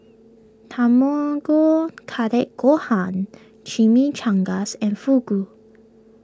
Tamago Kake Gohan Chimichangas and Fugu